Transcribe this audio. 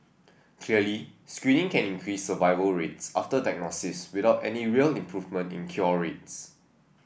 clearly screening can increase survival rates after diagnosis without any real improvement in cure rates